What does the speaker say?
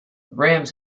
rams